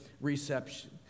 reception